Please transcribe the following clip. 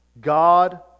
God